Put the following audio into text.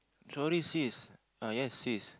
sorry sis ah yes sis